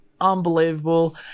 unbelievable